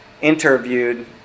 interviewed